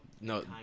no